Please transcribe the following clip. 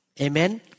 Amen